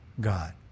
God